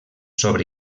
sobre